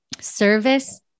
service